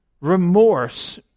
remorse